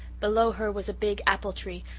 below her was a big apple-tree,